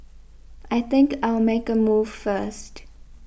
I think I'll make a move first